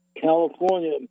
California